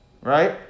Right